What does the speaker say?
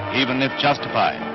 even if justified.